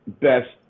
best